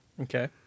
Okay